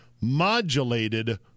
modulated